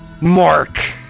Mark